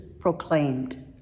proclaimed